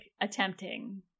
attempting